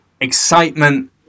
Excitement